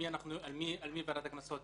נגד מי ועדת הקנסות